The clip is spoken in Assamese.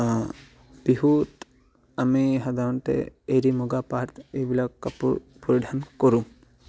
বিহুত আমি সাধাৰণতে এৰী মুগা পাট এইবিলাক কাপোৰ পৰিধান কৰোঁ